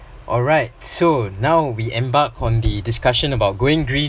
alright so now we embark on the discussion about going green